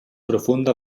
profunda